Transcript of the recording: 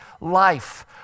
life